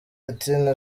ati